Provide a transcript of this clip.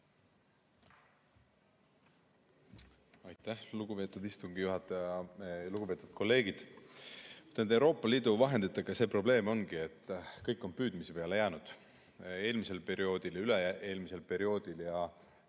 Aitäh, lugupeetud istungi juhataja! Lugupeetud kolleegid! Nende Euroopa Liidu vahenditega see probleem ongi, et kõik on püüdmise peale jäänud eelmisel perioodil ja üle-eelmisel perioodil.